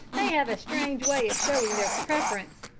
they have a strange way of showing their preference.